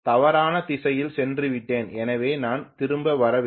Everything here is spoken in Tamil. தவறான திசையில் சென்றுவிட்டேன் எனவே நான் திரும்பி வர வேண்டும்